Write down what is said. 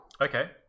Okay